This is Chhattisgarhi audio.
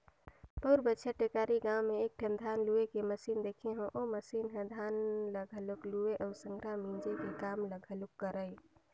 पउर बच्छर टेकारी गाँव में एकठन धान लूए के मसीन देखे हंव ओ मसीन ह धान ल घलोक लुवय अउ संघरा मिंजे के काम ल घलोक करय